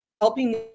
helping